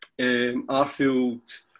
Arfield